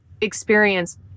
experience